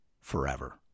forever